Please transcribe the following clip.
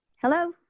Hello